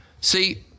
See